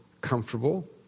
comfortable